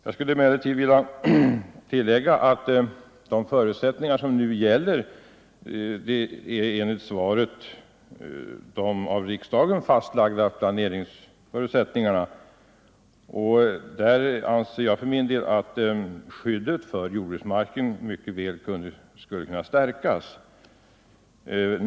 Jag skulle emellertid vilja påpeka att de förutsättningar som nu gäller är enligt svaret de av riksdagen fastlagda planeringsförutsättningarna, och där anser jag för min del att skyddet för jordbruksmarken mycket väl skulle kunna stärkas.